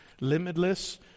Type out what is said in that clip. limitless